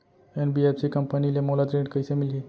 NBFC company ले मोला ऋण कइसे मिलही?